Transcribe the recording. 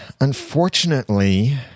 unfortunately